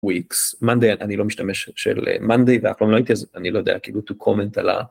ויקס מנדיי אני לא משתמש של מנדיי ואף פעם לא הייתי אז אני לא יודע כאילו טו קומנט על ה.